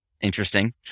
Interesting